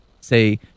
say